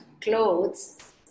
clothes